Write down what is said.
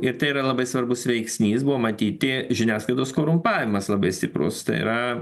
ir tai yra labai svarbus veiksnys buvo matyti žiniasklaidos korumpavimas labai stiprus tai yra